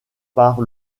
par